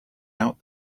out